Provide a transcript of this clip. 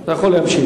אתה יכול להמשיך.